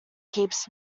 keeps